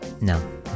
No